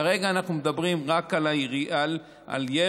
כרגע אנחנו מדברים על רק על ירי.